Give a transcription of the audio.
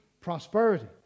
prosperity